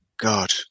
god